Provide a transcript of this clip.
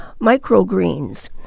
microgreens